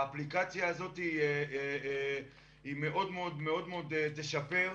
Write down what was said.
האפליקציה הזאת מאוד תשפר,